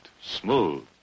smooth